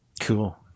cool